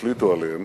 החליטו עליהן.